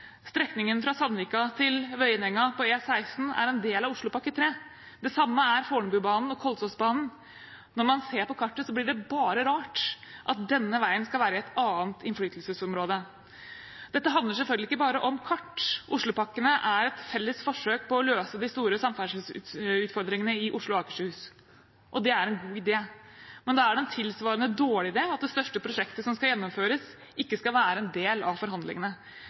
Strekningen fra Sandvika til Vøyenenga på E16 er en del av Oslopakke 3. Det samme er Fornebubanen og Kolsåsbanen. Når man ser på kartet, blir det bare rart at denne veien skal være et annet innflytelsesområde. Dette handler selvfølgelig ikke bare om kart. Oslopakkene er et felles forsøk på å løse de store samferdselsutfordringene i Oslo og Akershus, og det er en god idé. Men det er en tilsvarende dårlig idé at det største prosjektet som skal gjennomføres, ikke skal være en del av forhandlingene.